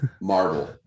Marvel